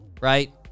Right